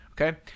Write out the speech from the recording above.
Okay